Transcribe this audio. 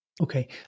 Okay